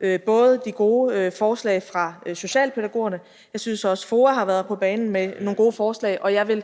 mig de gode forslag fra socialpædagogerne. Jeg synes også, at FOA har været på banen med nogle gode forslag, og jeg vil